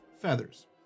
feathers